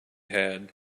had